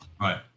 Right